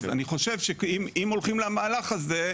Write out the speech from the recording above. אז אני חושב שאם הולכים למהלך הזה,